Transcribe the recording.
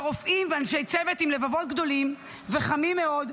ורופאים ואנשי צוות עם לבבות גדולים וחמים מאוד,